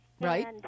Right